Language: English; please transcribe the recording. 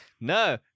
No